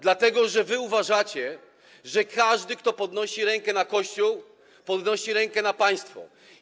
Dlatego, że wy uważacie, że każdy, kto podnosi rękę na Kościół, podnosi rękę na państwo.